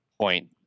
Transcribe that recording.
point